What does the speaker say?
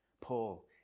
Paul